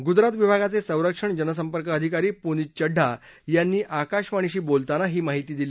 गुजरात विभागाचे संरक्षण जनसंपर्क अधिकारी पुनित चढ्ढा यांनी आकाशवाणीशी बोलताना ही माहिती दिली